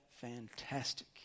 fantastic